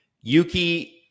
Yuki